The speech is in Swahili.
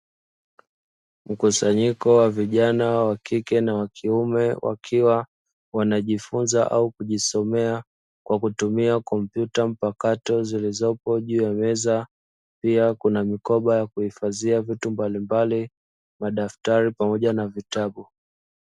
Mkusanyiko wa vijana (wa kike na wa kiume) wakiwa wanajifunza au kujisomea, kwa kutumia kompyuta mpakato zilizopo juu ya meza, pia kuna mikoba ya kuhifadhia vitu mbalimbali, madaftali pamoja na vitabu.